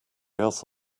else